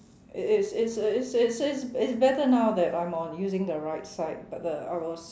it's it's it's it's it's it's it's it's better now that I am on using the right side but the I was